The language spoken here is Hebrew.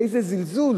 באיזה זלזול